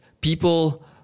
people